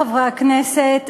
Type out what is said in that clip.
חברי חברי הכנסת,